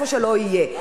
איפה שלא יהיה,